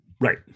Right